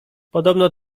podobno